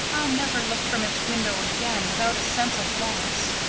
i'll never look from its window again without a sense of loss.